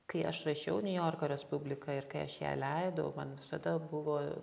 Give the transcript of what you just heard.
kai aš rašiau niujorko respubliką ir kai aš ją leidau man visada buvo